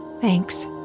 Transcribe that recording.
Thanks